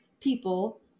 people